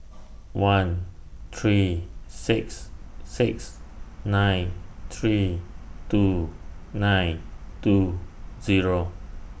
one three six six nine three two nine two Zero